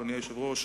אדוני היושב-ראש,